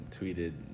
tweeted